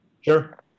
Sure